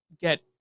get